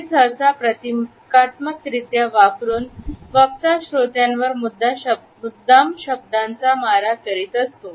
हे सहसा प्रतीकात्मक रित्या वापरून वक्ता श्रोत्यांवर मुद्दाम शब्दांचा मारा करीत असतो